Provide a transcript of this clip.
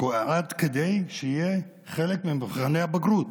עד כדי שיהיה חלק ממבחני הבגרות.